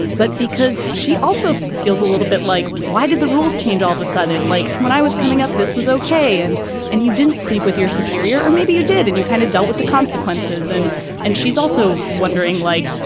but because she also feels a little bit like why did the rules change all of a sudden, like when i was coming up, this was okay. and and you didn't sleep with your superior or maybe you did and you kind of dealt with the consequences. and and she's also wondering, like,